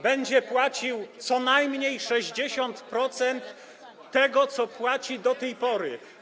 będzie płacił co najmniej 60% tego, co płaci do tej pory.